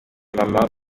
mama